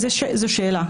זו שאלה.